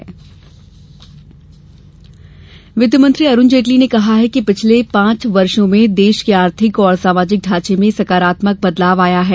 CII अधिवेशन वित्त मंत्री अरूण जेटली ने कहा है कि पिछले पांच वर्षो में देश के आर्थिक और सामाजिक ढांचे में सकारात्मक बदलाव आया है